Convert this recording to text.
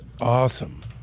awesome